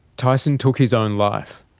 tyson took his own life.